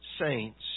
saints